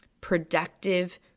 Productive